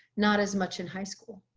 not as much in high school.